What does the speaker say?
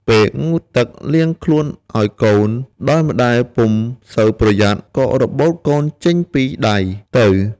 ពេលងូតទឹកលាងខ្លួនឱ្យកូន ដោយម្តាយពុំសូវប្រយ័ត្ន ក៏របូតកូនចេញពីដៃទៅ។